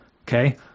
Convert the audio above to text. Okay